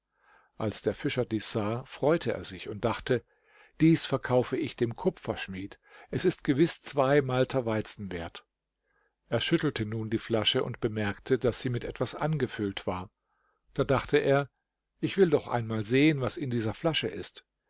als der fischer dies sah freute er sich und dachte dies verkaufe ich dem kupferschmied es ist gewiß zwei malter weizen wert er schüttelte nun die flasche und bemerkte daß sie mit etwas angefüllt war da dachte er ich will doch einmal sehen was in dieser flasche ist